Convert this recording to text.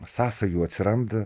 sąsajų atsiranda